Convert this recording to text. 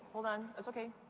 hold on, that's okay.